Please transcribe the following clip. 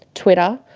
twitter,